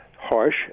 harsh